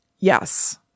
Yes